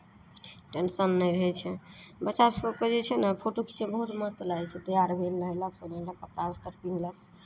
tension नहि रहै छै बच्चासभकेँ जे छै ने फोटो खीँचयमे बहुत मस्त लागै छै तैआर भेल नहयलक सोनयलक कपड़ा आरसभ पिन्हलक